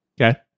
Okay